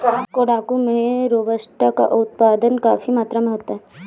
कोडागू में रोबस्टा का उत्पादन काफी मात्रा में होता है